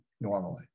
normally